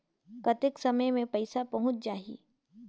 कतेक समय मे पइसा पहुंच जाही?